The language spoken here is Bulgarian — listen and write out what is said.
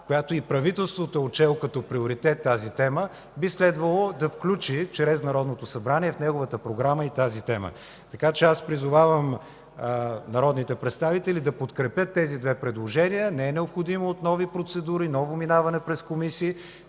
която и правителството е отчело като приоритет тази тема, би следвало Народното събрание да включи в програмата си и тази тема. Така че аз призовавам народните представители да подкрепят тези две предложения. Не са необходими нови процедури, ново минаване през комисии.